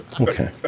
Okay